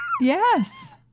yes